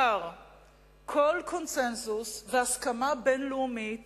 ראש הממשלה שבר כל קונסנזוס והסכמה בין-לאומית